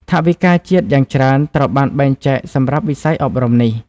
ថវិកាជាតិយ៉ាងច្រើនត្រូវបានបែងចែកសម្រាប់វិស័យអប់រំនេះ។